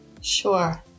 Sure